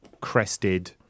crested